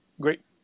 great